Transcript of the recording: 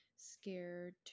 scared